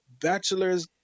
Bachelors